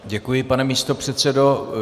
Děkuji, pane místopředsedo.